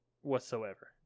whatsoever